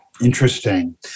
Interesting